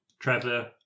Trevor